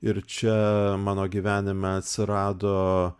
ir čia mano gyvenime atsirado